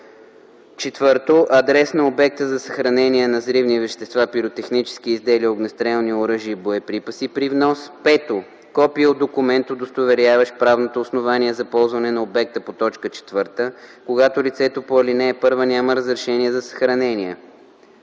4. адрес на обекта за съхранение на взривни вещества, пиротехнически изделия, огнестрелни оръжия и боеприпаси - при внос; 5. копие от документ, удостоверяващ правното основание за ползване на обекта по т. 4, когато лицето по ал. 1 няма разрешение за съхранение;